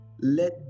let